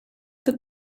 tot